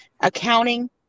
accounting